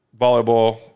volleyball